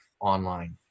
online